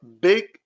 big